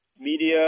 media